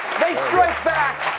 they strike back.